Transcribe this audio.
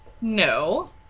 No